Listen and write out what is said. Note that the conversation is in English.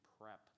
PrEP